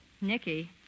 Nicky